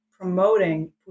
promoting